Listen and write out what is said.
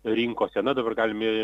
rinkose na dabar galimi